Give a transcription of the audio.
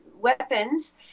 weapons